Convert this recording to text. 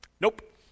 nope